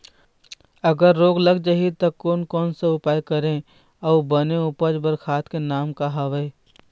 अगर रोग लग जाही ता कोन कौन सा उपाय करें अउ बने उपज बार खाद के नाम का हवे?